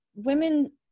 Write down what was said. women